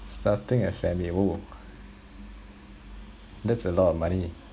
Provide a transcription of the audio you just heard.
starting a family !whoa! that's a lot of money